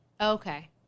Okay